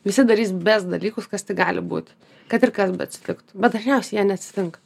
visi darys best dalykus kas tik gali būt kad ir kas beatsitiktų bet dažniausiai jie neatsitinka